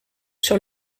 sur